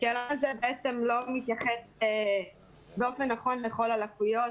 השאלון הזה בעצם לא מתייחס באופן נכון לכל הלקויות.